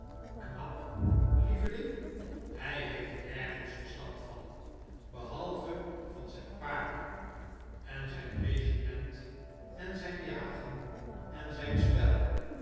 knap lieveling hij heeft nergens verstand van behalve van zijn paarden en zijn regiment en zijn jagen en zijn spel